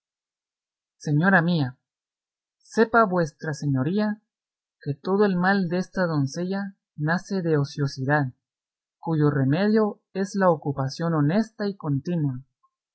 señora mía sepa vuestra señoría que todo el mal desta doncella nace de ociosidad cuyo remedio es la ocupación honesta y continua